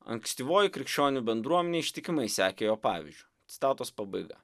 ankstyvoji krikščionių bendruomenė ištikimai sekė jo pavyzdžiu citatos pabaiga